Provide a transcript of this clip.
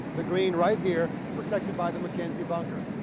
the green right here protected by the mckinsey bunker.